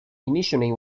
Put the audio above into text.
initially